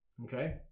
Okay